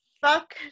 fuck